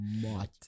Mud